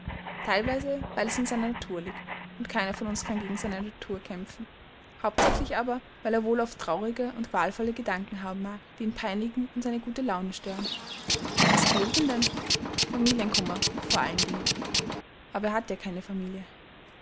teilweise weil es in seiner natur liegt und keiner von uns kann gegen seine natur kämpfen hauptsächlich aber weil er wohl oft traurige und qualvolle gedanken haben mag die ihn peinigen und seine gute laune stören was quält ihn denn familienkummer vor allen dingen aber er hat ja keine familie